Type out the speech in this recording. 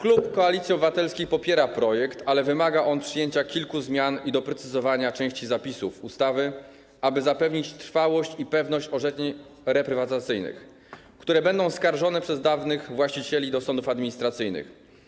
Klub Koalicji Obywatelskiej popiera projekt, ale wymaga on przyjęcia kilku zmian i doprecyzowania części zapisów, aby zapewnić trwałość i pewność orzeczeń reprywatyzacyjnych, które będą skarżone przez dawnych właścicieli do sądów administracyjnych.